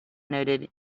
noted